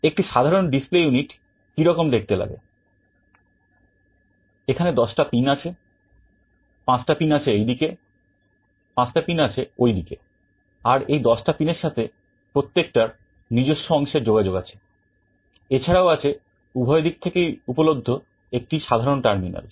একটা সাধারণ display unit কি রকম দেখতে লাগে এখানে দশটা পিন আছে 5 টা পিন আছে এইদিকে 5 টা পিন আছে ওইদিকে আর এই দশটা পিনের সাথে প্রত্যেকটার নিজস্ব অংশের সংযোগ আছে এছাড়াও আছে উভয় দিক থেকেই উপলব্ধ একটা সাধারণ টার্মিনাল